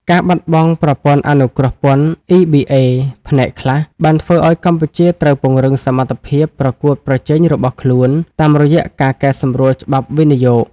ការបាត់បង់ប្រព័ន្ធអនុគ្រោះពន្ធ EBA ផ្នែកខ្លះ បានធ្វើឱ្យកម្ពុជាត្រូវពង្រឹងសមត្ថភាពប្រកួតប្រជែងរបស់ខ្លួន តាមរយៈការកែសម្រួលច្បាប់វិនិយោគ។